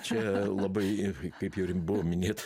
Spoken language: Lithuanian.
čia labai kaip jau ir buvo minėta